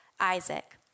Isaac